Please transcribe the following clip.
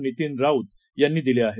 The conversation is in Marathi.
नितीन राऊत यांनी दिले आहेत